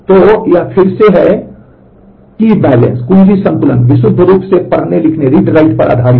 तो यह फिर से है और कुंजी संतुलन विशुद्ध रूप से पढ़ने लिखने के मामले में भी है